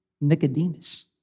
Nicodemus